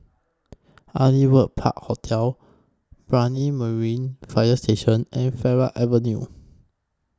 Aliwal Park Hotel Brani Marine Fire Station and Farleigh Avenue